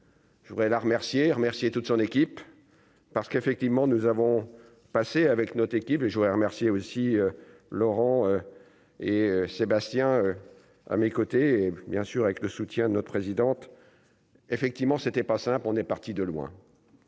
Je voudrais la remercier et remercier toute son équipe, parce qu'effectivement, nous avons passé avec notre équipe et je voudrais remercier aussi Laurent et Sébastien à mes côtés et, bien sûr, avec le soutien de notre présidente effectivement c'était pas simple, on est parti de loin.